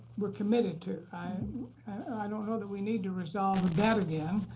we're committed to. i don't know that we need to resolve that again.